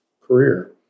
career